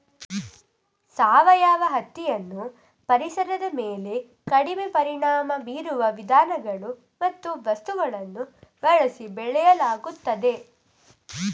ಸಾವಯವ ಹತ್ತಿಯನ್ನು ಪರಿಸರದ ಮೇಲೆ ಕಡಿಮೆ ಪರಿಣಾಮ ಬೀರುವ ವಿಧಾನಗಳು ಮತ್ತು ವಸ್ತುಗಳನ್ನು ಬಳಸಿ ಬೆಳೆಯಲಾಗುತ್ತದೆ